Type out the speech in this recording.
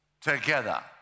together